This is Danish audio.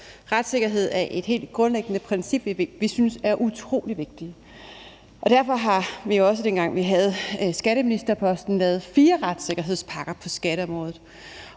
Retssikkerhed er et helt grundlæggende princip, vi synes er utrolig vigtigt, og derfor har vi jo også, dengang vi havde skatteministerposten, lavet et fire retssikkerhedspakker på skatteområdet,